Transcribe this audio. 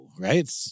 right